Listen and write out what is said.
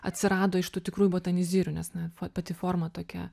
atsirado iš tų tikrųjų botanizirių nes na fo pati forma tokia